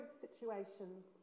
situations